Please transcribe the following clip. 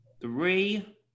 three